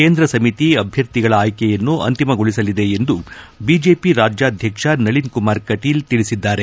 ಕೇಂದ್ರ ಸಮಿತಿ ಅಭ್ಯರ್ಥಿಗಳ ಆಯ್ಕೆಯನ್ನು ಅಂತಿಮಗೊಳಿಸಲಿದೆ ಎಂದು ಬಿಜೆಪಿ ರಾಜ್ಞಾಧ್ಯಕ್ಷ ನಳಿನ್ಕುಮಾರ್ ಕಟೀಲ್ ತಿಳಿಸಿದ್ದಾರೆ